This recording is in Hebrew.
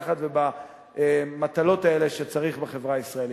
לקחת ובמטלות האלה שצריך לקחת בחברה הישראלית.